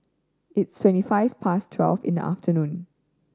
its twenty five past twelve in the afternoon